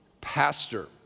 pastor